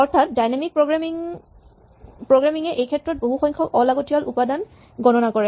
অৰ্থাৎ dynamic programming এ এইক্ষেত্ৰত বহুসংখ্যক অলাগতীয়াল উপাদান গণনা কৰে